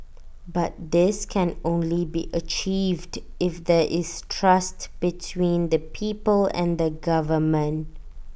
but this can only be achieved if there is trust between the people and the government